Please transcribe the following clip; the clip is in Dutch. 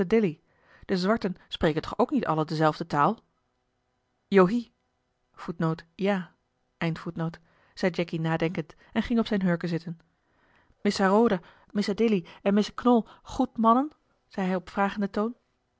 de zwarten spreken toch ook niet alle dezelfde taal acky nadenkend en ging op zijne hurken zitten missa roda missa dilly en missa knol goed mannen zei hij op vragenden toon